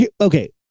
okay